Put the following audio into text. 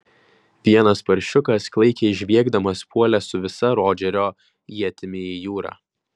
vienas paršiukas klaikiai žviegdamas puolė su visa rodžerio ietimi į jūrą